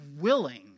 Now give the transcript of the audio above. willing